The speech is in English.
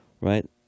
Right